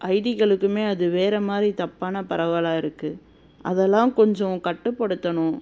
ஐடிக்களுக்குமே அது வேறு மாதிரி தப்பான பரவலாயிருக்கு அதெல்லாம் கொஞ்சம் கட்டுப்படுத்தணும்